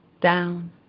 down